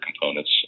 components